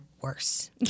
worse